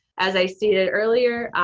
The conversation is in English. as i stated earlier,